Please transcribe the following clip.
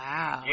Wow